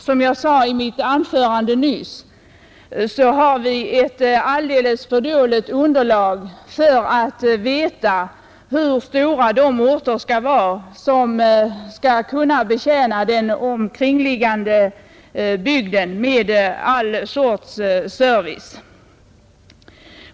Som jag sade i mitt anförande nyss har vi ett alldeles för dåligt underlag för att veta hur stor en ort skall vara för att kunna ge den omkringliggande bygden all slags service.